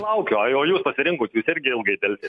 laukiu o jūs pasirinkot jūs irgi ilgai delsiat